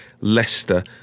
Leicester